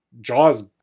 Jaws